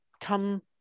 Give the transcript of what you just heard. come